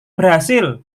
berhasil